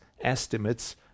estimates